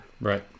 Right